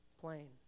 plane